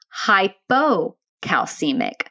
hypocalcemic